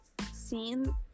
seen